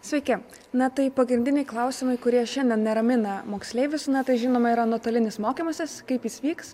sveiki na tai pagrindiniai klausimai kurie šiandien neramina moksleivius na tai žinoma yra nuotolinis mokymasis kaip jis vyks